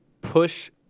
push